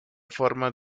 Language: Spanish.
formas